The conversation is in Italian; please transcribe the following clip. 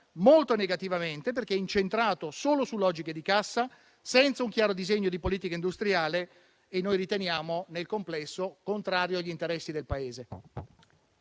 molto negativamente, perché incentrato solo su logiche di cassa, senza un chiaro disegno di politica industriale, che riteniamo nel complesso contrario agli interessi del Paese.